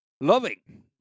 loving